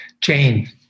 Jane